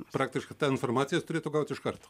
praktiškai tą informaciją jis turėtų gauti iš karto